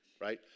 right